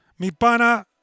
Mipana